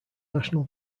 national